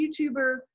YouTuber